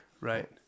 right